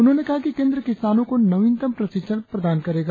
उन्होंने कहा कि केंद्र किसानों को नवीनतम प्रशिक्षण प्रदान करेगा